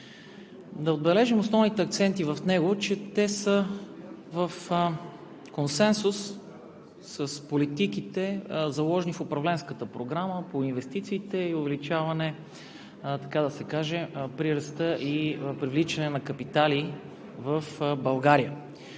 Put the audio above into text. Да отбележим основните акценти в него. Те са в консенсус с политиките, заложени в Управленската програма по инвестициите, увеличаване на прираста и привличане на капитали в България.